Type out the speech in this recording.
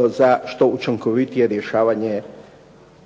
za što učinkovitije rješavanje